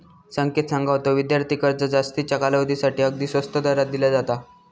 संकेत सांगा होतो, विद्यार्थी कर्ज जास्तीच्या कालावधीसाठी अगदी स्वस्त दरात दिला जाता